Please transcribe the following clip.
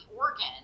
organ